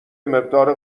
مقدار